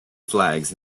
flags